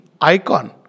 icon